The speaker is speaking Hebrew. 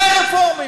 זה רפורמים.